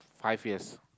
five years